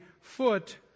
foot